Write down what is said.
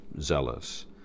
zealous